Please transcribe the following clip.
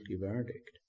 verdict